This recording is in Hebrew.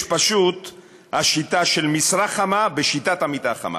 יש פשוט שיטה של משרה חמה בשיטת המיטה החמה,